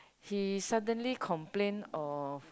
he suddenly complain of